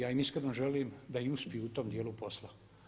Ja im iskreno želim da i uspiju u tom dijelu posla.